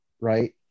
right